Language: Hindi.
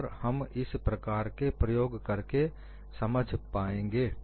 और हम इस प्रकार के प्रयोग करके समझ पाएंगे